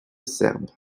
serbes